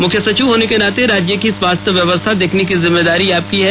मुख्य सचिव होने के नाते राज्य की स्वास्थ्य व्यवस्था देखने की जिम्मेदारी आपकी है